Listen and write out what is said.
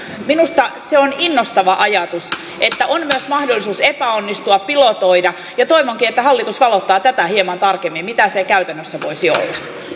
minusta on innostava ajatus että on myös mahdollisuus epäonnistua pilotoida ja toivonkin että hallitus valottaa hieman tarkemmin mitä se käytännössä voisi olla